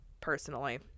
personally